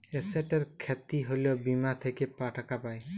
এসেটের খ্যতি হ্যলে বীমা থ্যাকে টাকা পাই